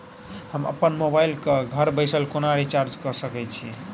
हम अप्पन मोबाइल कऽ घर बैसल कोना रिचार्ज कऽ सकय छी?